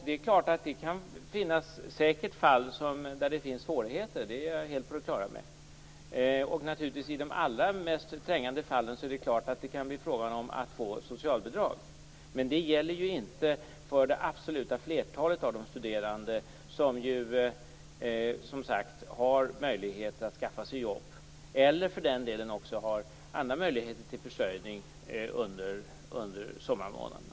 Det är klart att det i vissa fall kan finnas svårigheter. Det är jag helt på det klara med. I de allra mest trängande fallen kan det naturligtvis bli fråga om socialbidrag, men det gäller ju inte för det absoluta flertalet av de studerande, som alltså har möjlighet att skaffa sig jobb eller har andra möjligheter till försörjning under sommarmånaderna.